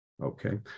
Okay